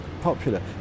popular